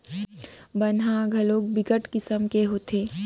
बन ह घलोक बिकट किसम के होथे